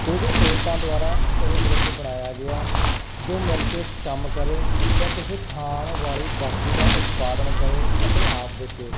ਕੁਝ ਔਰਤਾਂ ਦੁਆਰਾ ਇਹ ਗਰੁੱਪ ਬਣਾਇਆ ਗਿਆ ਜੋ ਮਿਲ ਕੇ ਕੰਮ ਕਰੇ ਜਾਂ ਕਿਸੇ ਖਾਣ ਵਾਲੀ ਵਸਤੂ ਦਾ ਉਤਪਾਦਨ ਕਰੇ ਅਤੇ ਆਪ ਵੇਚੇ